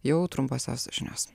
jau trumposios žinios